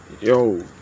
yo